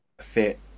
fit